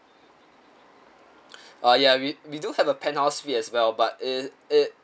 uh ya we we do have a penthouse suite as well but it it